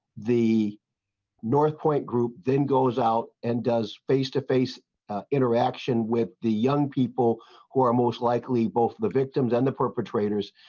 the north pointe group then goes out and does face to face interaction with the young people who are most likely both the victims and the perpetrators.